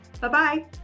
Bye-bye